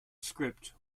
script